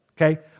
Okay